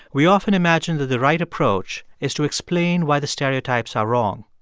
we often imagine that the right approach is to explain why the stereotypes are wrong.